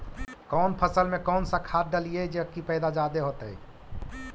कौन फसल मे कौन सा खाध डलियय जे की पैदा जादे होतय?